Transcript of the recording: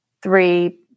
three